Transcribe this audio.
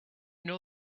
know